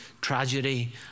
tragedy